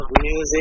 music